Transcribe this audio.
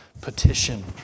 petition